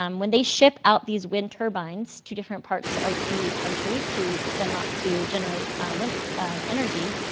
um when they ship out these wind turbines to different parts of the country, to put them up to generate wind energy,